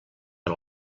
per